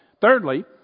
Thirdly